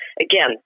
Again